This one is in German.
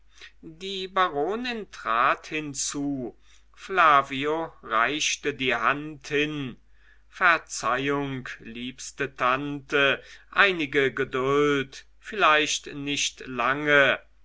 die baronin trat hinzu flavio reichte die hand hin verzeihung liebste tante einige geduld vielleicht nicht lange